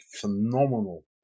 phenomenal